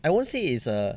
I won't say is err